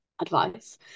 advice